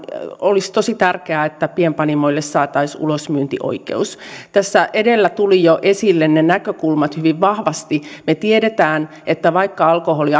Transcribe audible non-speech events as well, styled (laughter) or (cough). olisi tosi tärkeää että pienpanimoille saataisiin ulosmyyntioikeus tässä edellä tulivat jo esille ne näkökulmat hyvin vahvasti me tiedämme että vaikka alkoholi (unintelligible)